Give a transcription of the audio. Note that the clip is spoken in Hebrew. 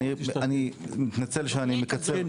אני מתנצל שאני מקצר.